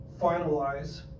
finalize